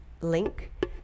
link